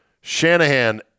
Shanahan